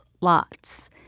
lots